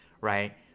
Right